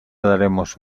daremos